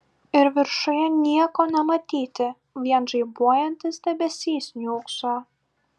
ir viršuje nieko nematyti vien žaibuojantis debesys niūkso